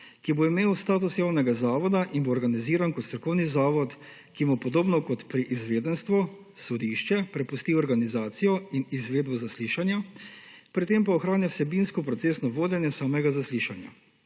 ki bo imela status javnega zavoda in bo organizirana kot strokovni zavod, ki mu podobno kot pri izvedenstvu sodišče prepusti organizacijo in izvedbo zaslišanja, pri tem pa ohranja vsebinsko, procesno vodenje samega zaslišanja.